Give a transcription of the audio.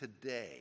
today